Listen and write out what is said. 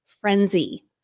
frenzy